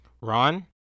Ron